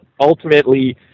ultimately